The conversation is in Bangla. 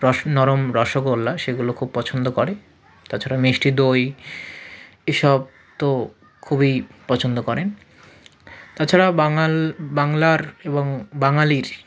রসে নরম রসগোল্লা সেগুলো খুব পছন্দ করে তাছাড়া মিষ্টি দই এসব তো খুবই পছন্দ করেন তাছাড়া বাংলার এবং বাঙালির